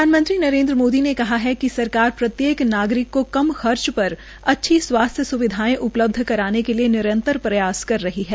प्रधानमंत्री नरेन्द्र मोदी ने कहा है कि सरकार प्रत्येक नागरिक को कम खर्च पर अच्छी स्वासथ्य स्विधाएं उपलब्ध कराने के लिए निरंतर प्रयास कर रही है